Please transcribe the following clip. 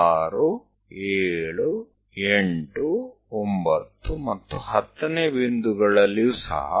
આપણે 56789 અને 10 પાસે પણ દોરીશું